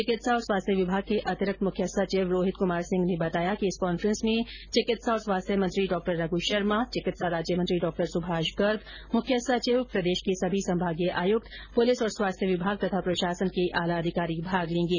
चिकित्सा और स्वास्थ्य विभाग के अतिरिक्त मुख्य सचिव रोहित कुमार सिंह ने बताया कि इस कॉन्फ्रेंस में चिकित्सा और स्वास्थ्य मंत्री डॉ रघू शर्मा चिकित्सा राज्यमंत्री डॉ सुभाष गर्ग मुख्य सचिव प्रदेश के सभी संभागीय आयुक्त पुलिस और स्वास्थ्य विभाग तथा प्रशासन के आला अधिकारी भाग लेंगे